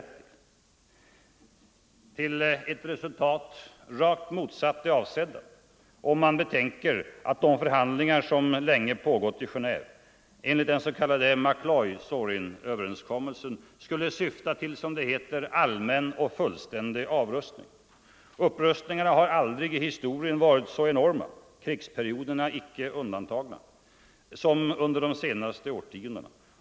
Jo, till ett resultat rakt motsatt det avsedda, om man betänker att de förhandlingar som länge pågått i Genéve enligt den s.k. McCloy-Zorinöverenskommelsen skulle syfta till ”allmän och fullständig avrustning”. Upprustningen har aldrig i historien varit så enorm -— krigsperioderna icke undantagna - som under de senaste årtiondena.